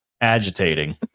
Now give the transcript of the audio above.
agitating